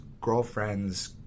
girlfriend's